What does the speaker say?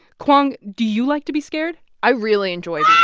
kwong, do you like to be scared? i really enjoy yeah